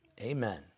Amen